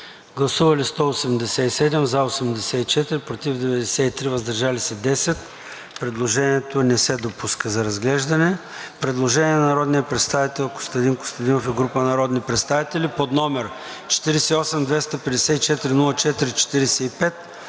представители: за 84, против 93, въздържали се 10. Предложението не се допуска за разглеждане. Предложение на народния представител Костадин Костадинов и група народни представители, № 48-254-04-45.